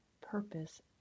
purpose